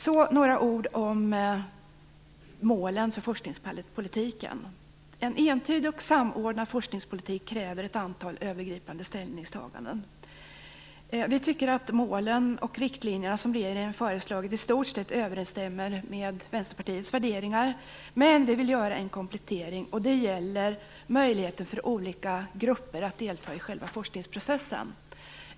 Så några ord om målen för forskningspolitiken. En entydig och samordnad forskningspolitik kräver ett antal övergripande ställningstaganden. Vi tycker att målen och riktlinjerna som regeringen föreslagit i stort sett överensstämmer med Vänsterpartiets värderingar, men vi vill göra en komplettering. Det gäller möjligheten för olika grupper att delta i själva forskningsprocessen.